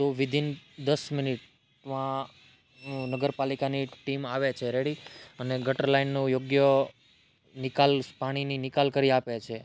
તો વિધીને દસ મિનિટમાં નગર પાલિકાની ટીમ આવે છે રેડી અને ગટર લાઈનનો યોગ્ય નિકાલ પાણીની નિકાલ કરી આપે છે